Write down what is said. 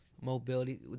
Mobility